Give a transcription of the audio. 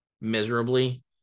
miserably